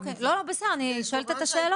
אוקיי, לא, לא, בסדר, אני שואלת את השאלה.